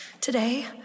Today